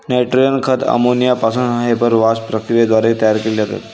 nitrogen खते ammonia पासून Haber Bosch प्रक्रियेद्वारे तयार केली जातात